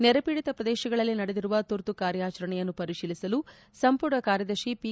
ನೆರೆ ಪೀಡಿತ ಪ್ರದೇಶಗಳಲ್ಲಿ ನಡೆದಿರುವ ತುರ್ತು ಕಾರ್ಯಾಚರಣೆಯನ್ನು ಪರಿಶೀಲಿಸಲು ಸಂಪುಟ ಕಾರ್ಯದರ್ಶಿ ಖಿ